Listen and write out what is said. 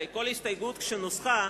הרי כל הסתייגות כשנוסחה,